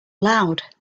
loud